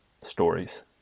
stories